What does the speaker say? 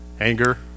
Anger